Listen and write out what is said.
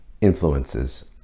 influences